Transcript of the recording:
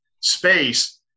space